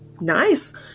nice